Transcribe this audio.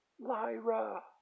Lyra